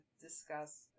discuss